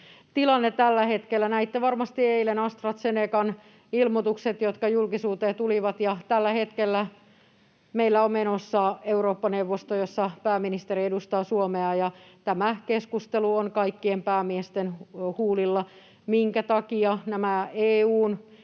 rokotetilanne tällä hetkellä. Näitte varmasti eilen AstraZenecan ilmoitukset, jotka julkisuuteen tulivat. Tällä hetkellä meillä on menossa Eurooppa-neuvosto, jossa pääministeri edustaa Suomea, ja kaikkien päämiesten huulilla on tämä